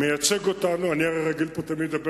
מייצג אותנו, אני הרי רגיל לדבר